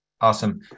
Awesome